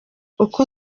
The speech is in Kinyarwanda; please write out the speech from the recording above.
uko